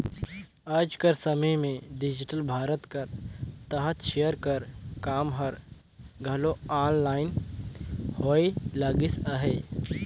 आएज कर समे में डिजिटल भारत कर तहत सेयर कर काम हर घलो आनलाईन होए लगिस अहे